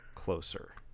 closer